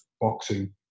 boxing